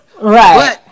right